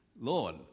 Lord